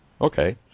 okay